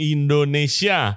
Indonesia